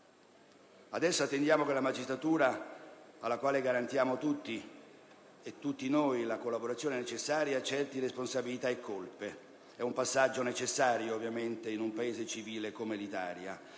Adesso attendiamo che la magistratura, alla quale tutti noi garantiamo la collaborazione necessaria, accerti responsabilità e colpe, è un passaggio necessario, ovviamente, in un Paese civile come l'Italia,